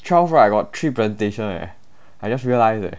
twelve right got three presentation leh I just realise eh